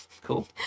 Cool